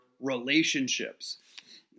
relationships